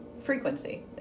frequency